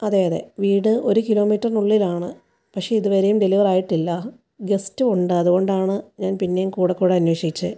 അതെ അതെ വീട് ഒരു കിലോ മീറ്ററിനുള്ളിലാണ് പക്ഷെ ഇത് വരെയും ഡെലിവർ ആയിട്ടില്ല ഗെസ്റ്റും ഉണ്ട് അത്കൊണ്ടാണ് ഞാൻ പിന്നെയും കൂടെ കൂടെ അന്വേഷിച്ചത്